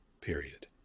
period